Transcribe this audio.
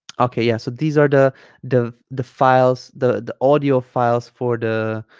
okay yeah so these are the the the files the the audio files for the